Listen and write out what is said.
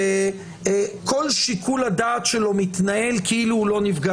בואו נפשט את התהליך ובואו נשים רובריקה